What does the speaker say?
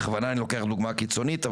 בכוונה אני לוקח דוגמה קיצונית,